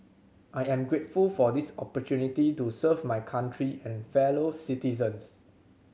I am grateful for this opportunity to serve my country and fellow citizens